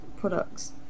products